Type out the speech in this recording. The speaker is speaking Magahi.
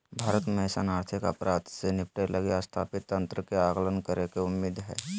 भारत में अइसन आर्थिक अपराध से निपटय लगी स्थापित तंत्र के आकलन करेके उम्मीद हइ